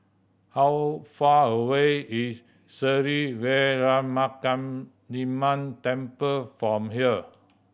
how far away is Sri Veeramakaliamman Temple from here